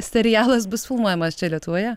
serialas bus filmuojamas čia lietuvoje